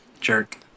Jerk